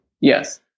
Yes